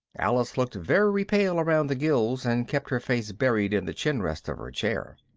alice looked very pale around the gills and kept her face buried in the chinrest of her chair.